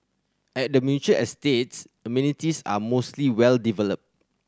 at the mature estates amenities are mostly well developed